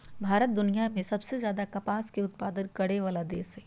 भारत दुनिया में सबसे ज्यादे कपास के उत्पादन करय वला देश हइ